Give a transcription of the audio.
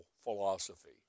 philosophy